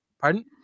Pardon